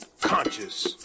conscious